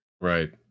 Right